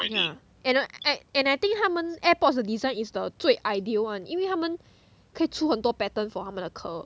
!alah! and I I and I think 他们 aipods 的 design is the 最 ideal one 因为他们可以出很多 pattern for 他们的壳